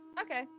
Okay